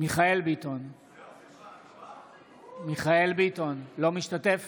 מיכאל מרדכי ביטון, אינו משתתף